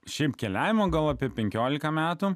šiaip keliavimo gal apie penkiolika metų